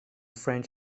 french